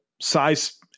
size